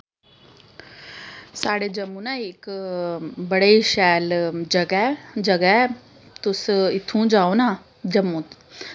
साढ़े जम्मू न इक बड़ी गै शैल जगह् ऐ जगह् ऐ तुस इत्थुं जाओ न जम्मू